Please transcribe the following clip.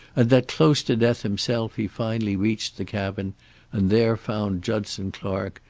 and that, close to death himself, he finally reached the cabin and there found judson clark,